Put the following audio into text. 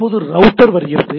இப்போது ரவுட்டர் வருகிறது